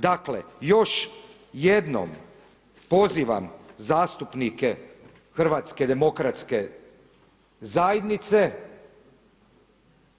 Dakle, još jednom pozivam zastupnike HDZ-a